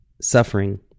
suffering